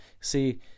See